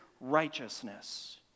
righteousness